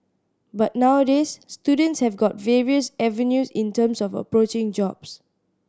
but nowadays students have got various avenues in terms of approaching jobs